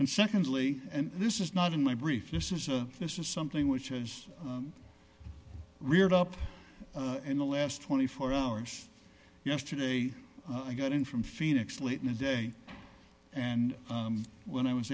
and secondly and this is not in my brief this is a this is something which has reared up in the last twenty four hours yesterday i got in from phoenix late in the day and when i was